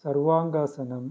sarvangasana